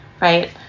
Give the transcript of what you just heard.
right